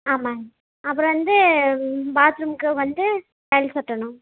ஆமாங்க அப்புறோம் வந்து பாத்ரூம்க்கு வந்து டைல்ஸ் ஒட்டணும்